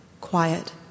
quiet